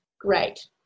great